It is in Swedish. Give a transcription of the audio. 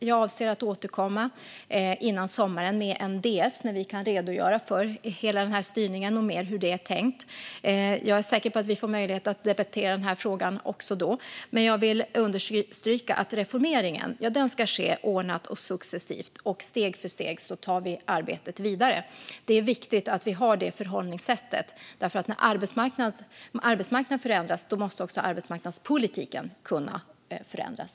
Jag avser att återkomma innan sommaren med en departementsskrivelse när vi kan redogöra för hela den här styrningen och mer hur det är tänkt. Jag är säker på att vi får möjlighet att debattera den här frågan också då, men jag vill understryka att reformeringen ska ske ordnat och successivt. Steg för steg tar vi arbetet vidare. Det är viktigt att vi har det förhållningssättet, därför att när arbetsmarknaden förändras måste också arbetsmarknadspolitiken kunna förändras.